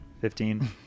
Fifteen